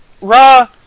Raw